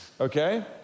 okay